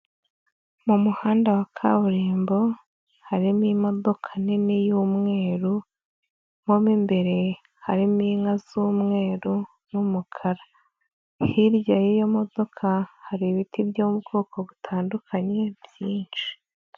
Mu muhanda wa kaburimbo harimo imodoka nini y'umweru, mo mu imbere harimo inka z'umweru n'umukara. Hirya y'iyo modoka hari ibiti byo mu bwoko butandukanye byinshi.